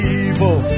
evil